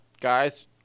guys